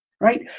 Right